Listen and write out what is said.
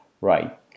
Right